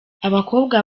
abakobwa